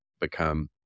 become